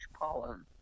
pollen